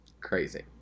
crazy